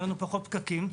יהיו לנו פחות פקקים.